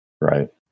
Right